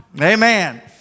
Amen